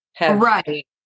Right